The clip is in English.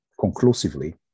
conclusively